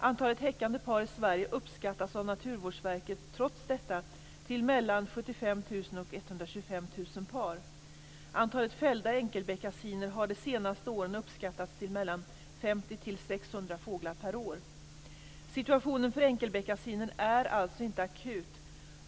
Antalet häckande par i Sverige uppskattas av Naturvårdsverket trots detta till mellan 75 000 och 125 000 par. Antalet fällda enkelbeckasiner har de senaste åren uppskattats till mellan 50 och 600 fåglar per år. Situationen för enkelbeckasinen är alltså inte akut.